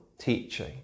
teaching